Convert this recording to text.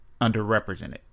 underrepresented